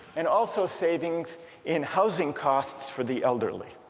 and also savings in housing costs for the elderly